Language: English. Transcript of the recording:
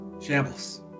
Shambles